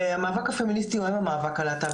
המאבק הפמיניסטי הוא היום המאבק הלהט"ב.